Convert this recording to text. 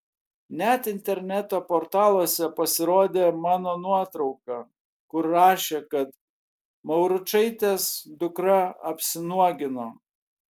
net interneto portaluose pasirodė mano nuotrauka kur rašė kad mauručaitės dukra apsinuogino